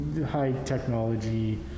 High-technology